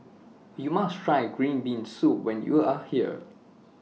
YOU must Try Green Bean Soup when YOU Are here